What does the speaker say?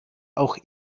auch